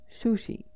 Sushi